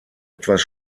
etwas